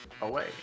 away